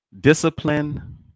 Discipline